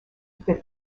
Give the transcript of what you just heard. fit